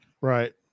Right